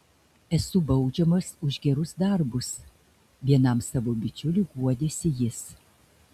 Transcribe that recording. esu baudžiamas už gerus darbus vienam savo bičiuliui guodėsi jis